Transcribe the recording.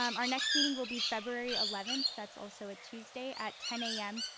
um our next meeting will be february eleventh. that's also a tuesday at ten a m.